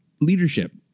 leadership